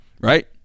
right